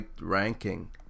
ranking